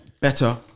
better